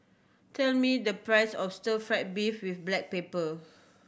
tell me the price of stir fried beef with black pepper